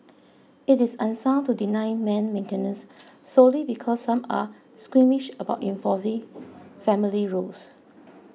it is unsound to deny men maintenance solely because some are squeamish about evolving family roles